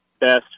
Best